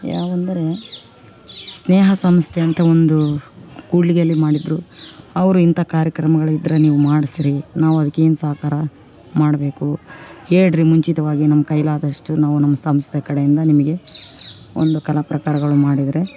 ಯಾವ ಅಂದರೆ ಸ್ನೇಹ ಸಂಸ್ಥೆ ಅಂತ ಒಂದು ಕೂಡ್ಲಿಗೆಯಲ್ಲಿ ಮಾಡಿದ್ರು ಅವರು ಇಂಥ ಕಾರ್ಯಕ್ರಮ್ಗಳು ಇದ್ರೆ ನೀವು ಮಾಡಿಸ್ರಿ ನಾವು ಅದಕ್ಕೇನು ಸಹಕಾರ ಮಾಡಬೇಕು ಹೇಳ್ರಿ ಮುಂಚಿತವಾಗಿ ನಮ್ಮ ಕೈಲಾದಷ್ಟು ನಾವು ನಮ್ಮ ಸಂಸ್ಥೆ ಕಡೆಯಿಂದ ನಿಮಗೆ ಒಂದು ಕಲಾ ಪ್ರಕಾರಗಳು ಮಾಡಿದರೆ